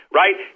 right